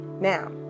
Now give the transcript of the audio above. now